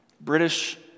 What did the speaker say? British